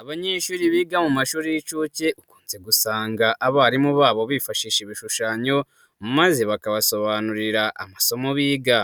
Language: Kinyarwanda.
Abanyeshuri biga mu mashuri y'incuke ukunze gusanga abarimu babo bifashisha ibishushanyo maze bakabasobanurira amasomo biga.